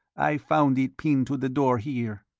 i found it pinned to the door here.